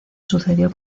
sucedió